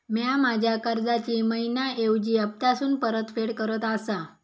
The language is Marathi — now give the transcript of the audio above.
म्या माझ्या कर्जाची मैहिना ऐवजी हप्तासून परतफेड करत आसा